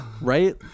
right